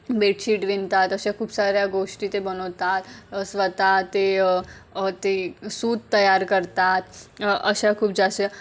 bedsheet विणतात अशा खूप साऱ्या गोष्टी ते बनवतात स्वतः ते ते सूत तयार करतात अशा खूप जास्त